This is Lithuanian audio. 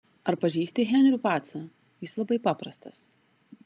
ar pažįsti henrių pacą jis labai paprastas